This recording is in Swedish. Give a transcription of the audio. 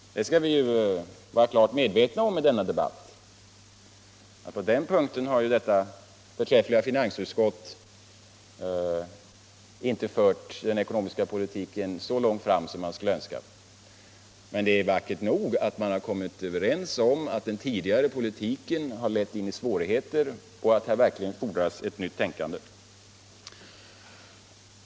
Vi skall i denna debatt vara klart medvetna om att på den punkten har det förträffliga finansutskottet inte fört den ekonomiska politiken så långt fram som det skulle vara önskvärt. Men det är vackert nog att man kommit överens om att den tidigare politiken har lett in i svårigheter och att här verkligen fordras ett nytt tänkande.